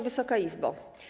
Wysoka Izbo!